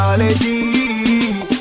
lady